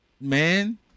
man